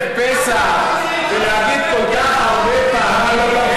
הכנסת, אתם שמעתם פה את המושג חרם?